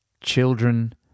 Children